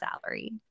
salary